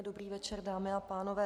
Dobrý večer, dámy a pánové.